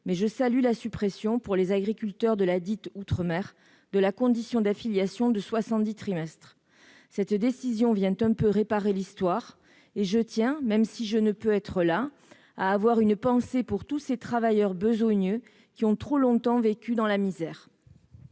mais je salue la suppression, pour les agriculteurs desdits outre-mer, de la condition d'affiliation de 70 trimestres. « Cette décision vient quelque peu réparer l'histoire ; je tiens, même si je ne peux être présente, à avoir une pensée pour tous ces travailleurs besogneux qui ont trop longtemps vécu dans la misère.